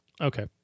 Okay